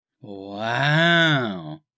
Wow